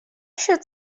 should